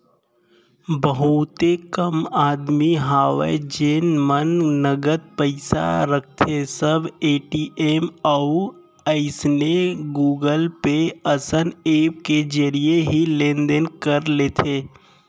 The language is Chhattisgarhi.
बहुते कम आदमी हवय जेन मन नगद पइसा राखथें सब ए.टी.एम अउ अइसने गुगल पे असन ऐप के जरिए ही लेन देन कर लेथे